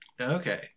Okay